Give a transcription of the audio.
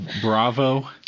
Bravo